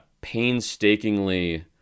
painstakingly